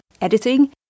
editing